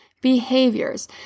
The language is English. behaviors